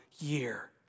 year